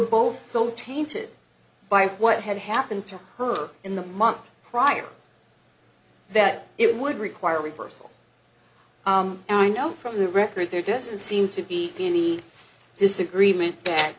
both so tainted by what had happened to her in the months prior that it would require a reversal and i know from the record there doesn't seem to be any disagreement